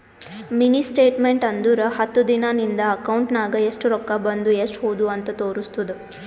mini statement ಅಂದುರ್ ಹತ್ತು ದಿನಾ ನಿಂದ ಅಕೌಂಟ್ ನಾಗ್ ಎಸ್ಟ್ ರೊಕ್ಕಾ ಬಂದು ಎಸ್ಟ್ ಹೋದು ಅಂತ್ ತೋರುಸ್ತುದ್